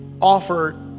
offer